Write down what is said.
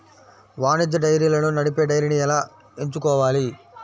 వాణిజ్య డైరీలను నడిపే డైరీని ఎలా ఎంచుకోవాలి?